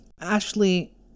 Ashley